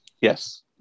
Yes